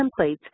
templates